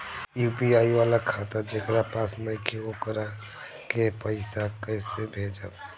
UPI वाला खाता जेकरा पास नईखे वोकरा के पईसा कैसे भेजब?